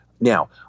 Now